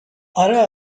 اره